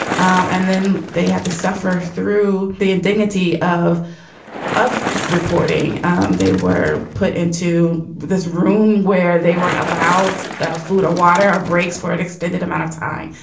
and then they had to suffer through the indignity of of reporting um they were put into this room where they weren't allowed food or water or breaks for an extended amount of time.